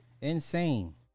Insane